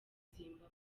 zimbabwe